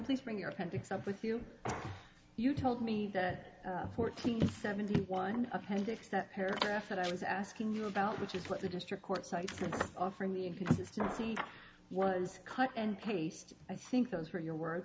please bring your appendix up with you you told me that fourteen seventy one appendix that paragraph that i was asking you about which is what the district court site offering the inconsistency was cut and paste i think those were your words